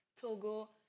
Togo